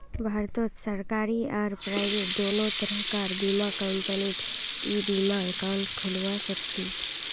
भारतत सरकारी आर प्राइवेट दोनों तरह कार बीमा कंपनीत ई बीमा एकाउंट खोलवा सखछी